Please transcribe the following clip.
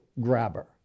grabber